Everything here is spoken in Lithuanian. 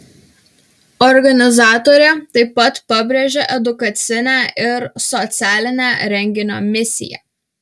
organizatorė taip pat pabrėžia edukacinę ir socialinę renginio misiją